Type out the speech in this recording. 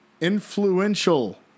influential